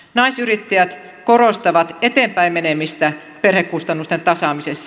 naisyrittäjät korostavat eteenpäin menemistä perhekustannusten tasaamisessa